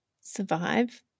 survive